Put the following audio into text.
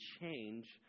change